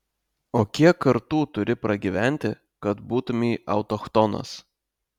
o kiek kartų turi pragyventi kad būtumei autochtonas